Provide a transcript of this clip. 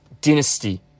dynasty